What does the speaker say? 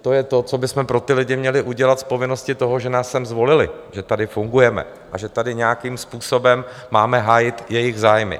To je to, co bychom pro ty lidi měli udělat z povinnosti toho, že nás sem zvolili, že tady fungujeme a že tady nějakým způsobem máme hájit jejich zájmy.